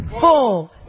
four